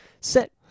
set